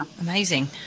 amazing